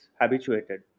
habituated